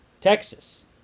Texas